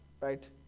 right